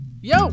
Yo